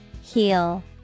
Heal